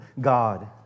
God